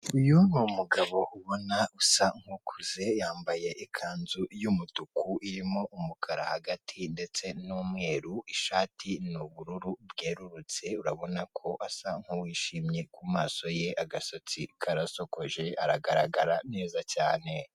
Uyu ni umugabo ubona usa nk'ukuze yambaye ikanzu y'umutuku irimo umukara hagati ndetse n'umweru ishati ni ubururu bwerurutse urabona ko asa nk'uwishimye kumaso ye agasatsi karasokoje aragaragara neza cyane.